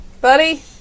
Buddy